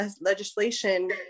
legislation